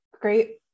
great